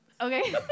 okay